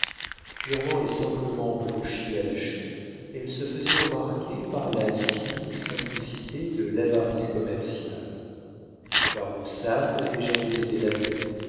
purement et simplement blanchie à la chaux elle se faisait remarquer par la cynique simplicité de l'avarice commerciale le carreau sale n'avait jamais été lavé